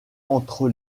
entre